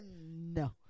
No